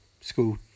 School